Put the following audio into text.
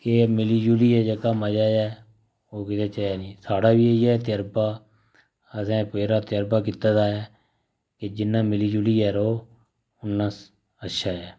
कि मिली जुली ऐ जेह्का मजा ऐ ओह् किसै च है निं साढ़ा बी इ'यै तजुर्बा असें बथ्हेरा तजर्बा कीते दा ऐ कि जिन्ना मिलीजुली र'वो उन्ना अच्छा ऐ